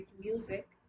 music